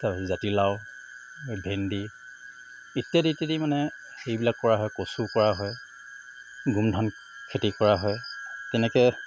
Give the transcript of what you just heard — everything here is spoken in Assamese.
তাৰপিছত জাতিলাও ভেন্দি ইত্যাদি ইত্যাদি মানে এইবিলাক কৰা হয় কচু কৰা হয় গোমধান খেতি কৰা হয় তেনেকৈ